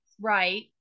right